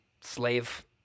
slave